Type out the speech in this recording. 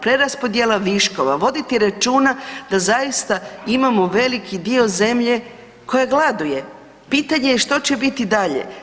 Preraspodjela viškova, voditi računa da zaista imamo veliki dio zemlje koja gladuje, pitanje je što će biti dalje.